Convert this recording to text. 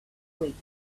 weeks